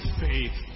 faith